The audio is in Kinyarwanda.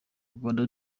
rwanda